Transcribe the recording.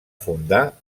fundar